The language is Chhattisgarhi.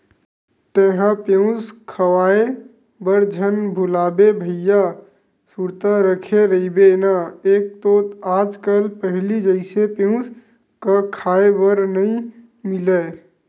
तेंहा पेयूस खवाए बर झन भुलाबे भइया सुरता रखे रहिबे ना एक तो आज कल पहिली जइसे पेयूस क खांय बर नइ मिलय